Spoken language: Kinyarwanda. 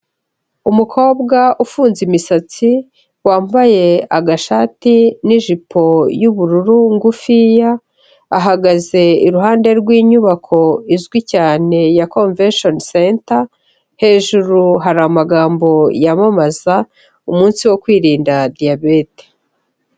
Umukobwa ufunze imisatsi wambaye agashati n'ijipo y'ubururu ngufiya ahagaze iruhande rw'inyubako izwi cyane ya konveshoni senta, hejuru hari amagambo yamamaza umunsi wo kwirinda diyabete.